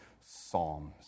psalms